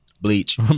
bleach